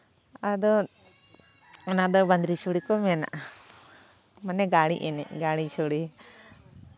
ᱟᱫᱚ ᱚᱱᱟ ᱫᱚ ᱵᱟᱹᱫᱽᱨᱤ ᱥᱳᱲᱮ ᱠᱚ ᱢᱮᱱᱟᱜᱼᱟ ᱢᱟᱱᱮ ᱜᱟᱹᱲᱤ ᱮᱱᱮᱡ ᱜᱟᱹᱲᱤ ᱥᱳᱲᱮ